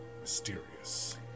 mysterious